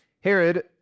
Herod